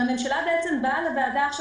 הממשלה בעצם באה לוועדה עכשיו,